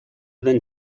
than